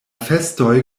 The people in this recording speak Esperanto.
festoj